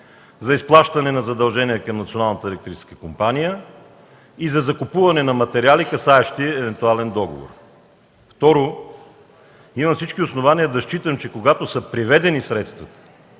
Националната електрическа компания и за закупуването на материали, касаещи евентуален договор. Второ, имам всички основания да считам, че когато са преведени средствата,